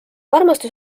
armastus